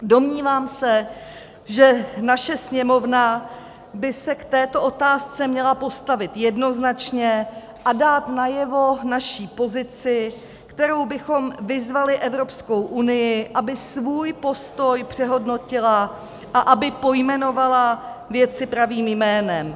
Domnívám se, že naše Sněmovna by se k této otázce měla postavit jednoznačně a dát najevo naši pozici, kterou bychom vyzvali Evropskou unii, aby svůj postoj přehodnotila a aby pojmenovala věci pravým jménem.